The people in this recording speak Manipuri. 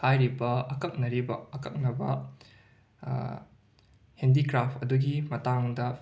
ꯍꯥꯏꯔꯤꯕ ꯑꯀꯛꯅꯔꯤꯕ ꯑꯀꯛꯅꯕ ꯍꯦꯟꯗꯤꯀ꯭ꯔꯥꯐ ꯑꯗꯨꯒꯤ ꯃꯇꯥꯡꯗ